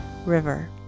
River